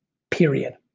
period